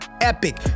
epic